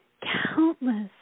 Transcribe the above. countless